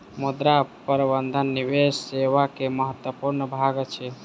मुद्रा प्रबंधन निवेश सेवा के महत्वपूर्ण भाग अछि